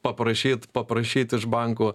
paprašyt paprašyt iš bankų